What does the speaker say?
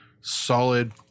solid